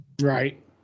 Right